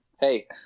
hey